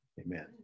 amen